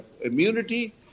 immunity